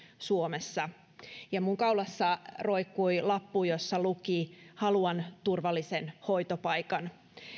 suomessa minun kaulassani roikkui lappu jossa luki haluan turvallisen hoitopaikan